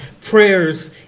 prayers